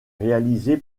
réalisé